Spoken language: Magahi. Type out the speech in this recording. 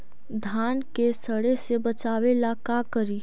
धान के सड़े से बचाबे ला का करि?